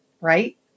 right